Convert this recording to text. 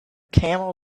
camel